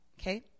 okay